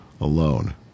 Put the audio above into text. alone